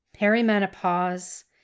perimenopause